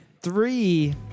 three